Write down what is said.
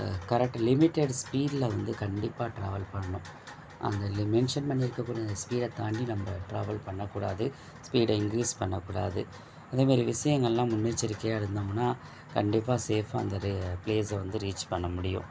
correct limited ஸ்பீட்டில் வந்து கண்டிப்பாக ட்ராவல் பண்ணணும் அதில் மென்ஷன் பண்ணியிருக்கக்கூடிய ஸ்பீடை தாண்டி நம்ம ட்ராவல் பண்ணக்கூடாது ஸ்பீடை இன்க்ரீஸ் பண்ணக்கூடாது அதே மாரி விஷயங்கள்லாம் முன்னெச்சரிக்கையாக இருந்தோம்னால் கண்டிப்பாக சேஃபாக அந்த ரே ப்ளேஸை வந்து ரீச் பண்ண முடியும்